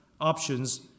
options